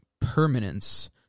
permanence